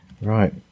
Right